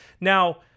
Now